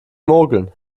mogeln